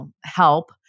help